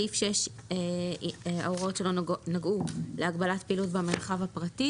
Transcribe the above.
6 ו-7 ההוראות של סעיף 6 נגעו להגבלת פעילות במרחב הפרטי